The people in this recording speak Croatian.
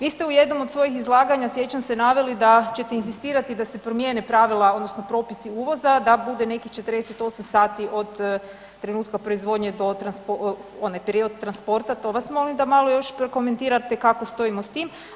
Vi ste u jednom od svojim izlaganja sjećam se naveli da ćete inzistirati da se promijene pravila odnosno propisi uvoza da bude nekih 48 sati od trenutka proizvodnje do onaj prijevoz transporta, to vas molim da malo još prokomentirate kako stojimo s tim.